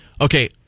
Okay